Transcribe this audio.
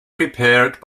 prepared